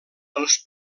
els